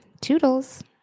Toodles